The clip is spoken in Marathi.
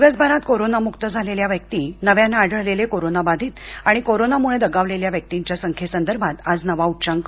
दिवसभरात कोरोना मुक्त झालेल्या व्यक्ती नव्यानं आढळलेले कोरोना बाधित आणि कोरोना मुळे दगावलेल्या व्यक्तींच्या संख्ये संदर्भात आज नवा उच्चांक